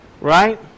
Right